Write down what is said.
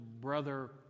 brother